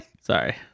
Sorry